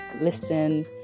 listen